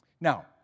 Now